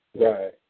Right